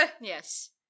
Yes